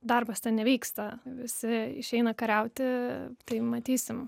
darbas ten nevyksta visi išeina kariauti tai matysim